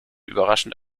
überraschend